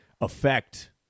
affect